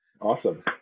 Awesome